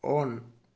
on